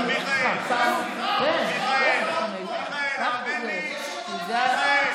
מיכאל, מיכאל, האמן לי, הודעה אישית.